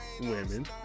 women